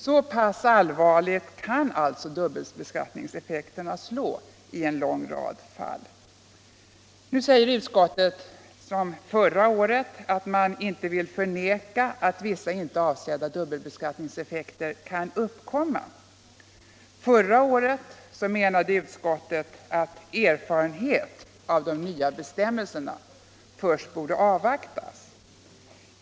Så pass allvarligt kan alltså dubbelbeskattningseffekterna slå i en lång rad fall. Utskottet säger nu, liksom förra året, att man inte vill förneka att vissa inte avsedda dubbelbeskattningseffekter kan uppkomma. Förra året menade utskottet att erfarenhet av de nya bestämmelserna först borde avvaktas.